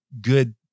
good